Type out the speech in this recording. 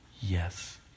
Yes